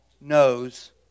knows